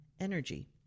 energy